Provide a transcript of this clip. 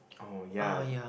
oh ya